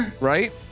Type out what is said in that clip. Right